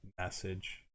message